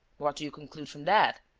what do you conclude from that?